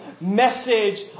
message